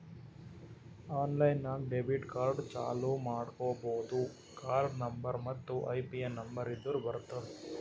online ನಾಗ್ debit card ಚಾಲೂ ಮಾಡ್ಕೋಬೋದು ಕಾರ್ಡ ನಂಬರ್ ಮತ್ತ್ ಐಪಿನ್ ನಂಬರ್ ಇದ್ದುರ್ ಬರ್ತುದ್